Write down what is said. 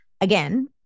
Again